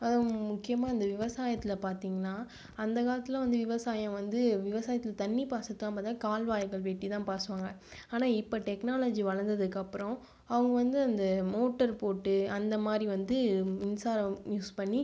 அதுவும் முக்கியமா இந்த விவசாயத்தில் பார்த்தீங்கனா அந்த காலத்தில் வந்து விவசாயம் வந்து விவசாயத்தில் தண்ணி பாசை தான் கால்வாய்கள் வெட்டி தான் பூசுவாங்க ஆனால் இப்போ டெக்னாலஜி வளர்ந்ததுக்கு அப்புறம் அவங்க வந்து அந்த மோட்டர் போட்டு அந்த மாதிரி வந்து மின்சாரம் யூஸ் பண்ணி